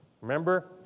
Remember